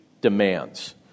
demands